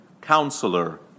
Counselor